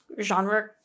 Genre